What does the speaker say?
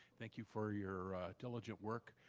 thank you for your diligent work.